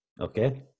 Okay